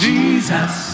Jesus